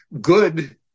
good